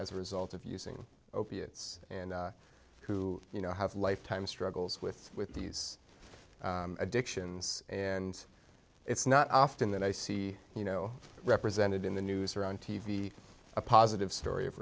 as a result of using opiates and who you know have lifetime struggles with with these addictions and it's not often that i see you know represented in the news or on t v a positive story of